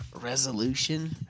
Resolution